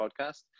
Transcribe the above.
podcast